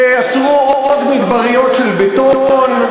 תייצרו עוד מדבריות של בטון,